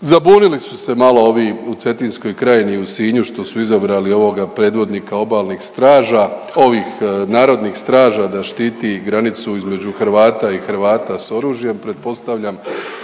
Zabunili su se malo ovi u Cetinskoj krajini i u Sinju što su izbrali ovoga predvodnika obalnih straža ovih narodnih straža da štiti granicu između Hrvata i Hrvata s oružjem, pretpostavljam